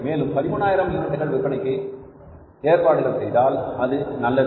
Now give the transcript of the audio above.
மேலும் 13000 யூனிட்டுகள் விற்பதற்கு ஏற்பாடுகள் செய்தால் அது நல்லது